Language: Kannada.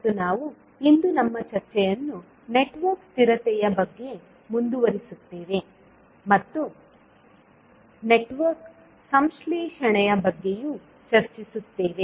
ಮತ್ತು ನಾವು ಇಂದು ನಮ್ಮ ಚರ್ಚೆಯನ್ನು ನೆಟ್ವರ್ಕ್ ಸ್ಥಿರತೆಯ ಬಗ್ಗೆ ಮುಂದುವರಿಸುತ್ತೇವೆ ಮತ್ತು ನೆಟ್ವರ್ಕ್ ಸಂಶ್ಲೇಷಣೆಯ ಬಗ್ಗೆಯೂ ಚರ್ಚಿಸುತ್ತೇವೆ